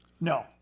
No